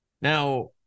Now